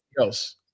else